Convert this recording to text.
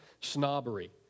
snobbery